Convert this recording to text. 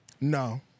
No